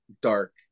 dark